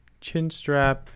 Chinstrap